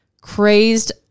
crazed